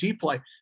play